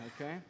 okay